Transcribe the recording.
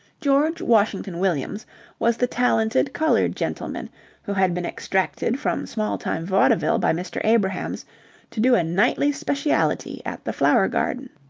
george washington williams was the talented coloured gentleman who had been extracted from small-time vaudeville by mr. abrahams to do a nightly speciality at the flower garden.